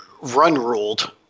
run-ruled